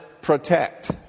protect